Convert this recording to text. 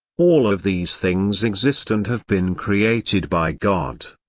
all of these things exist and have been created by god.